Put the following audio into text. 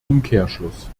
umkehrschluss